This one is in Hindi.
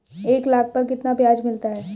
एक लाख पर कितना ब्याज मिलता है?